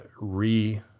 re